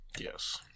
Yes